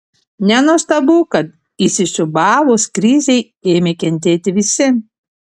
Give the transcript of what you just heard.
nenuostabu kad įsisiūbavus krizei ėmė kentėti visi